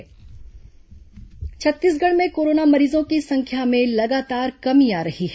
corona जागरूकता छत्तीसगढ़ में corona मरीजों की संख्या में लगातार कमी आ रही है